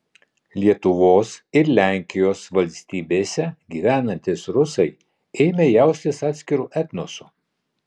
lietuvos ir lenkijos valstybėse gyvenantys rusai ėmė jaustis atskiru etnosu